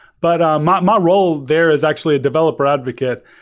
but um um my role there is actually a developer advocate.